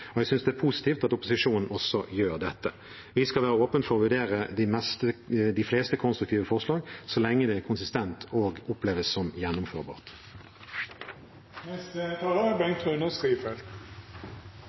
og jeg synes det er positivt at opposisjonen også gjør dette. Vi skal være åpne for å vurdere de fleste konstruktive forslag, så lenge det er konsistent og oppleves som